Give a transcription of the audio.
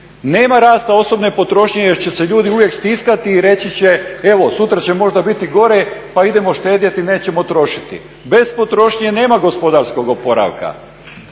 nema rasta osobne potrošnje jer će se ljudi uvijek stiskati i reći će evo sutra će možda biti gore pa idemo štedjeti, nećemo trošiti. Bez potrošnje nema gospodarskog oporavka,